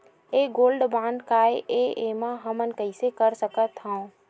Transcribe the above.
ये gold bond काय ए एमा हमन कइसे कर सकत हव?